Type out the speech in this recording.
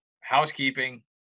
housekeeping